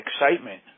excitement